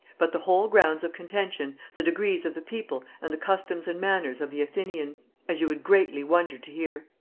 but the whole grounds of contention, the decrees of the people, and the customs and manners of the athenians, as you would greatly wonder to hear.